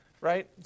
right